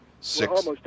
six